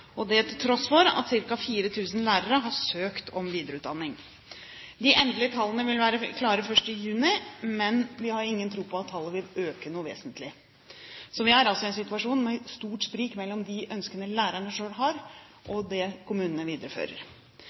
til tross for at ca. 4 000 lærere har søkt om videreutdanning. De endelige tallene vil først være klare i juni, men vi har ingen tro på at de vil øke vesentlig. Vi er altså i en situasjon med stort sprik mellom de ønskene lærerne selv har, og det kommunene viderefører.